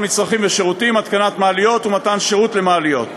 מצרכים ושירותים (התקנת מעליות ומתן שירות למעליות).